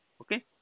Okay